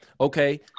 Okay